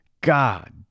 God